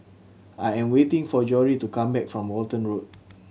I am waiting for Jory to come back from Walton Road